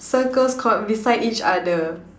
circles caught beside each other